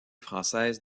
française